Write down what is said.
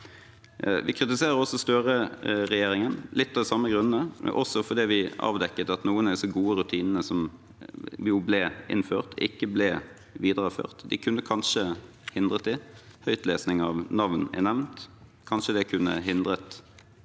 Vi kritiserer også Støre-regjeringen, litt av de samme grunnene, men også fordi vi avdekket at noen av de gode rutinene som ble innført, ikke ble videreført. De kunne kanskje hindret dette. Høytlesning av navn er nevnt. Kanskje det kunne hindret